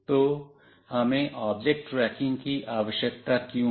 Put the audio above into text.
तो हमें object tracking की आवश्यकता क्यों है